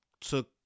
took